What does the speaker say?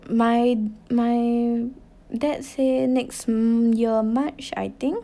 my my dad say next year march I think